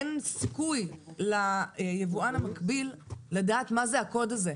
אין סיכוי ליבואן המקביל לדעת מה זה הקוד הזה.